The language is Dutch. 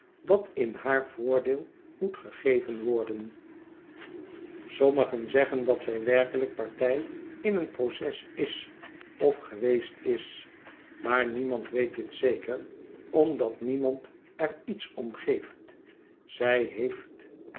dat in haar voordeel moet gegeven worden sommigen zeggen dat zij werkelijk partij in een proces is of geweest is maar niemand weet dit zeker omdat niemand er iets om geeft zij heeft